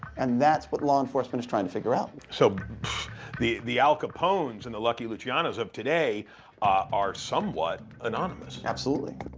and that's what law enforcement is trying to figure out. so the the al capones and the lucky lucianos of today are somewhat anonymous. absolutely.